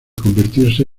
convertirse